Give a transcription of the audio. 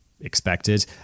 expected